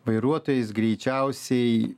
vairuotojus greičiausiai